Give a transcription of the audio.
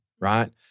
right